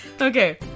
Okay